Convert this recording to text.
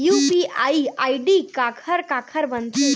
UPI ID काखर काखर बनथे?